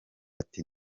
ati